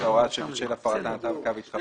הוראה שבשל הפרתה נתן כתב התחייבות,